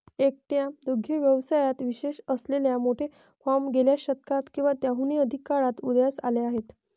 एकट्या दुग्ध व्यवसायात विशेष असलेले मोठे फार्म गेल्या शतकात किंवा त्याहून अधिक काळात उदयास आले आहेत